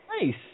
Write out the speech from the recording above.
Nice